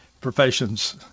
professions